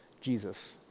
Jesus